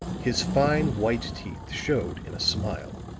his fine white teeth showed in a smile.